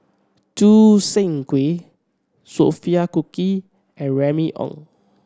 Choo Seng Quee Sophia Cooke and Remy Ong